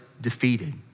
defeated